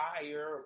fire